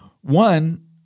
One